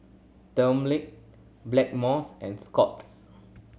Dermale Blackmores and Scott's